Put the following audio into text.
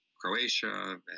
Croatia